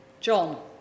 John